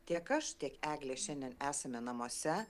tiek aš tiek eglė šiandien esame namuose